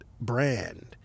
brand